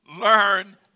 learn